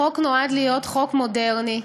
החוק נועד להיות חוק מודרני,